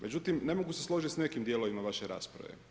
Međutim, ne mogu se složiti s nekim dijelovima vaše rasprave.